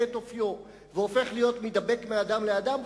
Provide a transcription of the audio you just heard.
את אופיו והופך להיות מידבק מאדם לאדם,